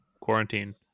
quarantine